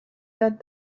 that